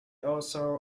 also